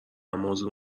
موضوع